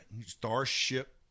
Starship